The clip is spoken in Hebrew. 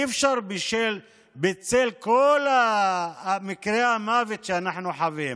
אי-אפשר, בצל כל מקרי המוות שאנחנו חווים,